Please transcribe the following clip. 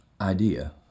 idea